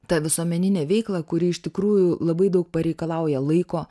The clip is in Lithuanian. tą visuomeninę veiklą kuri iš tikrųjų labai daug pareikalauja laiko